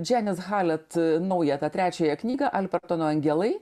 dženis halet naują tą trečiąją knygą alpertono angelai